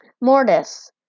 Mortis